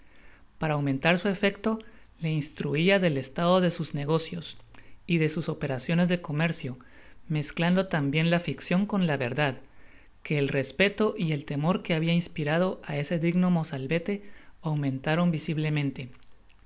para aumentar su efecto le instruia del pslado de sus negocios y de sus operaciones de comercio mezclando tau bien la ficcion con la verdad que el respeto y el temor que habia inspirado á ese digoo mozalvete aumentaron